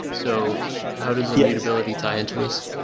so how does immutability tie into this?